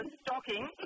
stocking